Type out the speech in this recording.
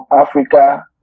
Africa